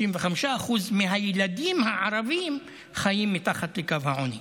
65% מהילדים הערבים חיים מתחת לקו העוני.